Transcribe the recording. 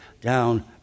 down